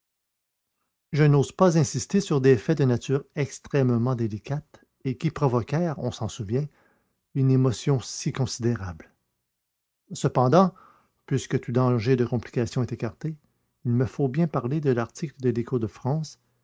je n'ose pas trop insister sur des faits de nature extrêmement délicate et qui provoquèrent on s'en souvient une émotion si considérable cependant puisque tout danger de complication est écarté il me faut bien parler de l'article de l'écho de france